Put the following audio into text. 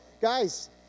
Guys